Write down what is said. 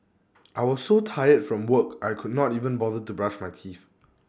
I was so tired from work I could not even bother to brush my teeth